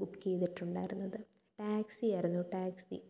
book ചെയ്തിട്ടുണ്ടായിരുന്നത് ടാക്സിയാരുന്നു taxi